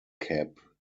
cap